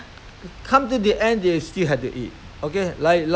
I think I think likely is in Hong-Kong I cannot remember which country